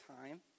time